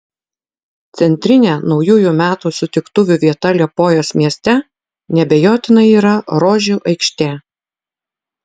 centrinė naujųjų metų sutiktuvių vieta liepojos mieste neabejotinai yra rožių aikštė